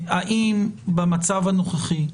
האם במצב הנוכחי,